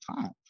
time